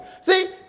see